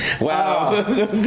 Wow